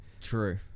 true